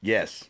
Yes